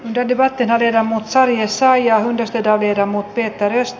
devi varten hänen sarjassaan ja yhdistetään viedä muttei täydestä